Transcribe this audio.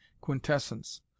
quintessence